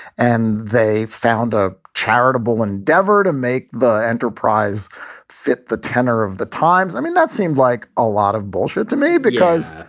and they found a charitable endeavor to make the enterprise fit the tenor of the times. i mean, that seemed like a lot of bullshit to me because,